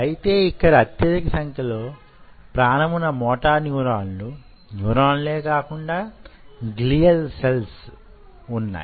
అయితే ఇక్కడ అత్యధిక సంఖ్యలో ప్రాణమున్నమోటార్ న్యూరాన్లు న్యూరన్లే కాకుండా గ్లియల్ సెల్స్ వున్నాయి